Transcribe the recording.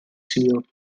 sul